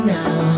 now